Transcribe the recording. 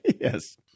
yes